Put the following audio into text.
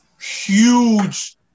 huge